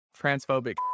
transphobic